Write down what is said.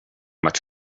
much